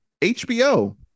hbo